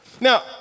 Now